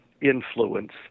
influence